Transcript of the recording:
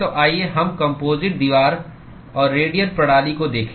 तो आइए हम कम्पोजिट दीवार और रेडियल प्रणाली को देखें